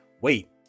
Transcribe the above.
Wait